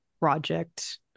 project